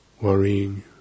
worrying